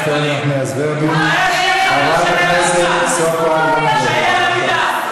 ואתם לא פעלתם לטובתם.